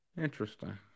Interesting